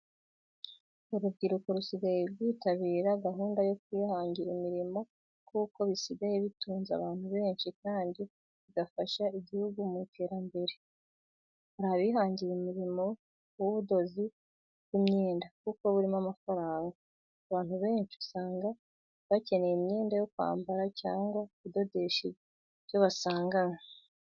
Urubyiruko rusigaye rwitabira gahunda yo kwihanjyira imirimo kuko bisigaye bitunze abantu benshi kandi bigafasha ijyihugu mu iterambere. Hari abihanjyira umurimo w'ubudozi bw'imyenda kuko burimo amafaranga .Abantu benci usanga bacyeneye imyenda yo kwambara cyangwa no kudodesha iyo basanganywe.